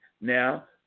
Now